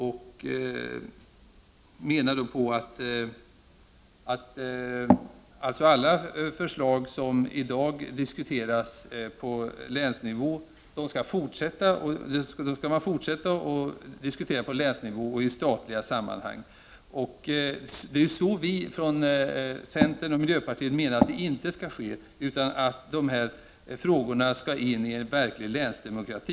Han menar att alla förslag som i dag diskuteras på länsnivå också i fortsättningen skall diskuteras på länsnivå och i statliga sammanhang. Så skall det inte vara, menar vi från centern och miljöpartiet, utan de här frågorna skall föras in i en verklig länsdemokrati.